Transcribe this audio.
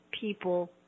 people